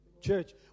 church